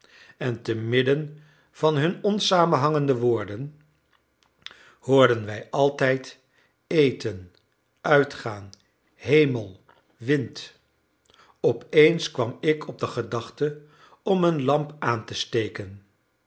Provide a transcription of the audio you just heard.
en te midden van hun onsamenhangende woorden hoorden wij altijd eten uitgaan hemel wind op eens kwam ik op de gedachte om een lamp aan te steken